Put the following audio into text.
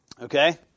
Okay